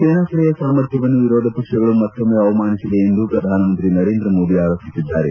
ಸೇನಾಪಡೆಯ ಸಾಮರ್ಥ್ಯವನ್ನು ವಿರೋಧ ಪಕ್ಷಗಳು ಮತ್ತೊಮ್ನೆ ಅವಮಾನಿಸಿವೆ ಎಂದು ಪ್ರಧಾನ ಮಂತ್ರಿ ನರೇಂದ್ರ ಮೋದಿ ಆರೋಪಿಸಿದ್ದಾರೆ